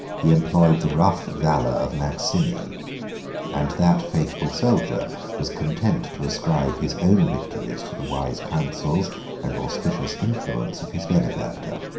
he employed the rough valor of maximian and that faithful soldier was content to ascribe his own victories to the wise counsels and auspicious influence of his benefactor.